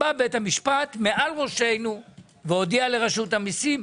בא בית המשפט מעל ראשנו והודיע לרשות המיסים: